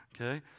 okay